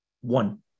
one